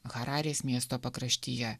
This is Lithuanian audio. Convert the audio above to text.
hararės miesto pakraštyje